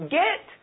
get